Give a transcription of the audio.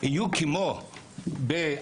יהיו כמו באסותא,